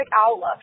outlook